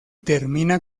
termina